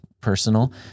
personal